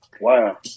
Wow